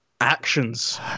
Actions